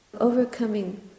overcoming